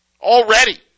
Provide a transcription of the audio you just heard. Already